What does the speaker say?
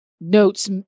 notes